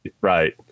Right